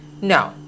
No